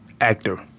Actor